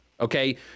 okay